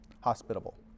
hospitable